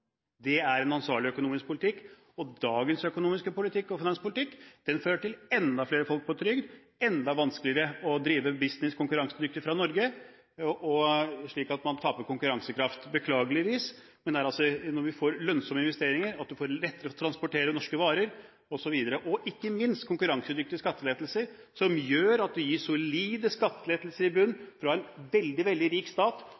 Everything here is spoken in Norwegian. finanspolitikk fører til enda flere folk på trygd, at det blir enda vanskeligere å drive business konkurransedyktig fra Norge, slik at man taper konkurransekraft, beklageligvis. Men det er altså når vi får lønnsomme investeringer, at det blir lettere å transportere norske varer osv. – og ikke minst konkurransedyktige skattelettelser, som gjør at du gir solide skattelettelser i bunn fra en veldig, veldig rik stat,